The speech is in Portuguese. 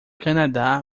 canadá